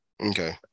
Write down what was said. Okay